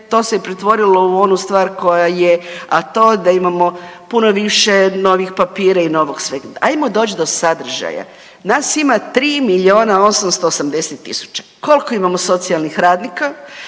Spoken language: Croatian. to se je pretvorilo u onu stvar koja je, a to je da imamo puno više novih papira i novog svega. Ajmo doći do sadržaja. Nas ima 3 miliona 880 tisuća. Koliko imamo socijalnih radnika,